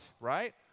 right